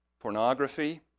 Pornography